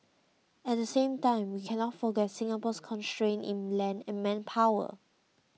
at the same time we cannot forget Singapore's constraints in land and manpower